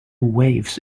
waves